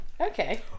Okay